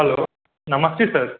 hello నమస్తే sir